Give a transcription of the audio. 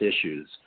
issues